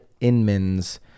Inman's